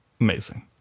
amazing